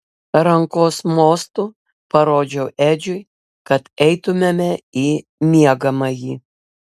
rankos mostu parodžiau edžiui kad eitumėme į miegamąjį